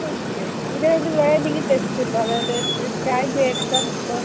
okay ഇത് കഴിഞ്ഞിട്ട് വേറെന്തെങ്കിലും ടെസ്റ്റ് ഉണ്ടോ അതായത് നമ്മള് സ്കാൻ ചെയ്യുന്നതിനേക്കാൽ മുമ്പ്